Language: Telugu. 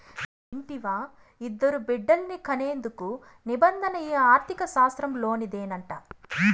ఇంటివా, ఇద్దరు బిడ్డల్ని కనేందుకు నిబంధన ఈ ఆర్థిక శాస్త్రంలోనిదేనంట